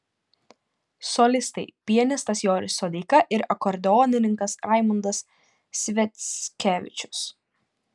solistai pianistas joris sodeika ir akordeonininkas raimundas sviackevičius